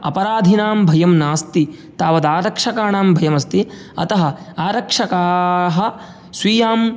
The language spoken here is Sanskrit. अपराधिनां भयं नास्ति तावद् आरक्षकाणां भयमस्ति अतः आरक्षकाः स्वीयां